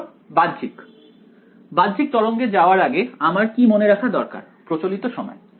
ছাত্র বাহ্যিক বাহ্যিক তরঙ্গে যাওয়ার আগে আমার কি মনে রাখা দরকার প্রচলিত সময়